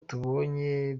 tubonye